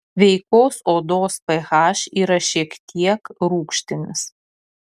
sveikos odos ph yra šiek tiek rūgštinis